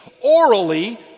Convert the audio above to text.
orally